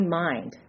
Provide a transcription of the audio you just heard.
mind